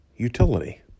utility